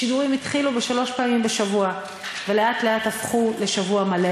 השידורים התחילו שלוש פעמים בשבוע ולאט-לאט הפכו לשבוע מלא.